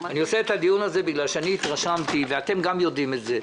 אני עושה את הדיון הזה כי התרשמתי ואתם גם יודעים את זה,